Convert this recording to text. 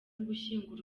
gushyingura